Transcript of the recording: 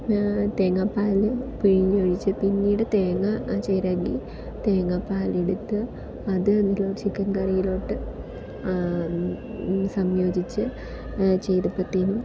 തേങ്ങാപ്പാൽ പിഴിഞ്ഞ് ഒഴിച്ചപ്പോൾ പിന്നീട് തേങ്ങാ ചിരകി തേങ്ങാപ്പാൽ എടുത്ത് അത് ചിക്കൻ കറിയിലോട്ട് സംയോജിച്ച് ചെയ്തപ്പത്തേനും